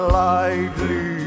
lightly